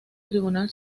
tribunal